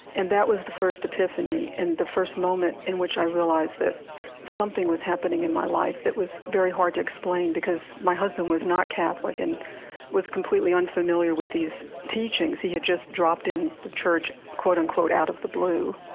and that was the first epiphany and the first moment in which i realized that something was happening in my life that was very hard to explain, because my husband was not catholic and was completely unfamiliar with these teachings. he had just dropped in the church, quote unquote, out of the blue.